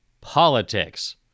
politics